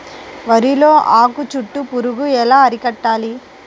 వరిలో ఆకు చుట్టూ పురుగు ఎలా అరికట్టాలి?